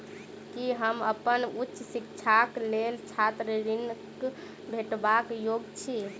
की हम अप्पन उच्च शिक्षाक लेल छात्र ऋणक भेटबाक योग्य छी?